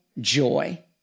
joy